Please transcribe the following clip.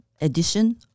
edition